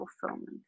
fulfillment